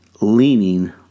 leaning